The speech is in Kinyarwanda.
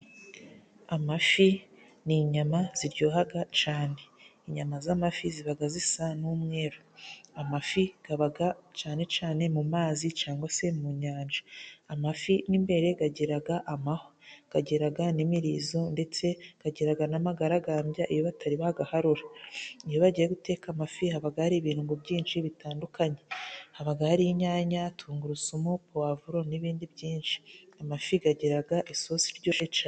Amafi ni inyama ziryohaga cane. Inyama z'amafi zibaga zisa n'umweru. Amafi gabaga cane cane mu mazi cangwa se mu nyanja. Amafi mo imbere gagiraga amahwa gagiraga n'imirizo ndetse gagiraga n'amagaragambya iyo batari bagaharura. Iyo bagiye guteka amafi habaga hari ibirungo byinshi bitandukanye: habaga hari inyanya, tungurusumu, puwavuro n'ibindi byinshi. Amafi gagiraga isosi iryoshe cane.